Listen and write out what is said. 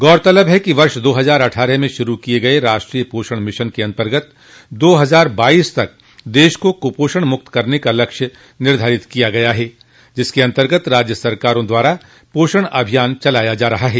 गौरतलब है कि वर्ष दो हजार अट्ठारह में शुरू किये गये राष्ट्रीय पोषण मिशन के अन्तर्गत दो हजार बाईस तक देश को कुपोषण मुक्त करने का लक्ष्य निर्धारित किया गया है जिसके अन्तर्गत राज्य सरकारों द्वारा पोषण अभियान चलाया जा रहा है